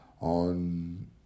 on